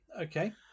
okay